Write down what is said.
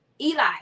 Eli